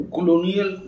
Colonial